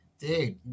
dude